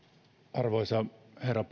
arvoisa herra